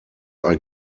are